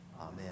Amen